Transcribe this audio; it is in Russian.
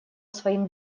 своим